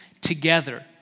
together